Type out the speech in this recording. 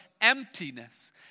emptiness